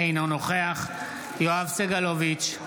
אינו נוכח יואב סגלוביץ'